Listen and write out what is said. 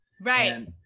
Right